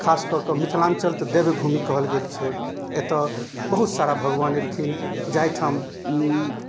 खासकऽ कऽ मिथिलाञ्चल तऽ देवभूमि कहल गेल छै एतऽ बहुत सारा भगवान अएलखिन जाहिठाम ओ